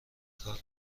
کار